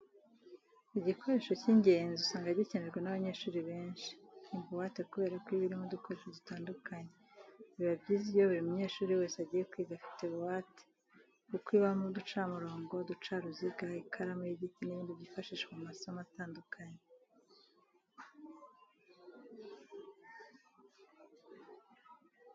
Igikoresho cy'ingenzi usanga gikenerwa n'abanyeshuri benshi ni buwate kubera ko iba irimo udukoresho dutandukanye. Biba byiza iyo buri munyeshuri wese agiye kwiga afite buwate kuko ibamo uducamurongo, uducaruziga, ikaramu y'igiti n'ibindi byifashishwa mu masomo atandukanye.